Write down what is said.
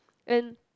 when